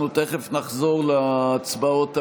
אנחנו תכף נחזור להצבעות האלקטרוניות,